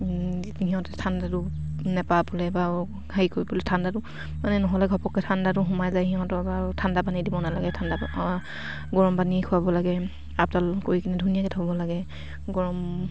সিহঁতে ঠাণ্ডাটো নেপাবলে বা হেৰি কৰি পেললে ঠাণ্ডাটো মানে নহ'লে ঘপক ঠাণ্ডাটো সোমাই যায় সিহঁতক ঠাণ্ডা পানী দিব নালাগে ঠাণ্ডা গৰম পানী খোৱাব লাগে আপদাল কৰি কিনে ধুনীয়াকে থ'ব লাগে গৰম